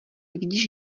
vidíš